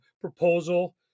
proposal